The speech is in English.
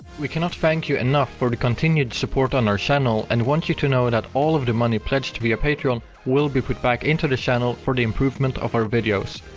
we cannot thank you enough for the continued support on our channel, and want you to know that all of the money pledged via patreon will be put back into the channel for the improvement of our videos.